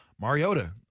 Mariota